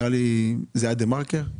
נראה לי שזה היה דה מרקר.